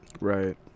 right